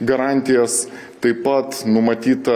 garantijas taip pat numatyta